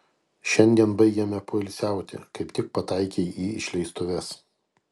šiandien baigiame poilsiauti kaip tik pataikei į išleistuves